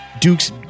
Duke's